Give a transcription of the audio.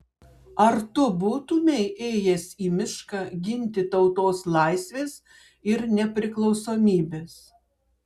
ar tu būtumei ėjęs į mišką ginti tautos laisvės ir nepriklausomybės